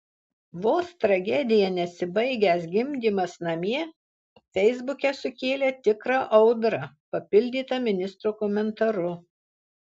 vos tragedija nesibaigęs gimdymas namie feisbuke sukėlė tikrą audrą papildyta ministro komentaru